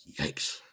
Yikes